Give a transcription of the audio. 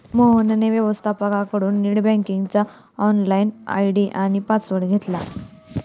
मोहनने व्यवस्थपकाकडून नेट बँकिंगचा लॉगइन आय.डी आणि पासवर्ड घेतला